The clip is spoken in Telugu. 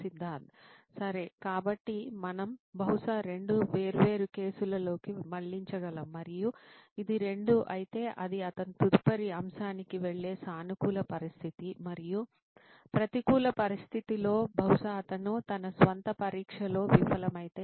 సిద్ధార్థ్ సరే కాబట్టి మనం బహుశా రెండు వేర్వేరు కేసులలోకి మళ్ళించగలము మరియు ఇది 2 అయితే అది అతను తదుపరి అంశానికి వెళ్ళే సానుకూల పరిస్థితి మరియు మరియు ప్రతికూల పరిస్థితిలో బహుశా అతను తన స్వంత పరీక్షలో విఫలమైతే